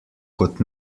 kot